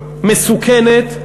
מסוכנת,